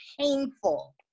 painful